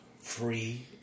Free